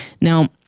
Now